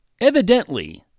evidently